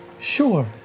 Sure